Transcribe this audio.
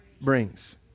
brings